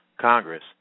Congress